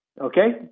okay